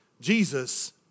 Jesus